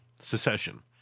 secession